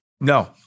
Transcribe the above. no